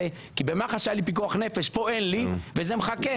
כי במח"ש היה לי פיקוח נפש ופה אין לי וזה מחכה.